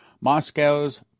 Moscow's